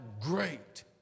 great